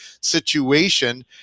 situation